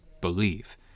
believe